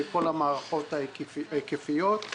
וכל המערכות ההיקפיות,